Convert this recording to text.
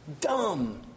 dumb